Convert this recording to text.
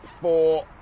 four